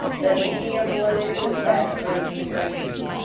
the medium blue is bachelor's degrees,